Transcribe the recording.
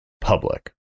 public